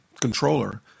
controller